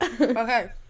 Okay